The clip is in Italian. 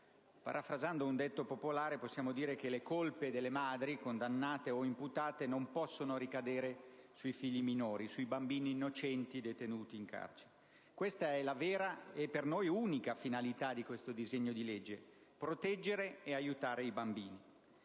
Parafrasando un detto popolare, possiamo dire che le colpe delle madri, condannate o imputate, non possono ricadere sui figli minori, bambini innocenti detenuti in carcere: la vera - e per noi unica - finalità di questo disegno di legge è proteggere e aiutare i bambini.